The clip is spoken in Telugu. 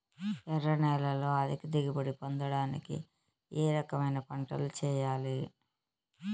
ఎర్ర నేలలో అధిక దిగుబడి పొందడానికి ఏ రకమైన పంటలు చేయాలి?